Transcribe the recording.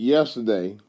Yesterday